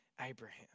Abraham